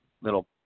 little